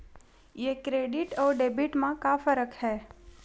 ये क्रेडिट आऊ डेबिट मा का फरक है?